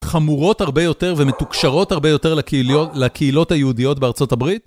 חמורות הרבה יותר ומתוקשרות הרבה יותר לקהילות היהודיות בארצות הברית?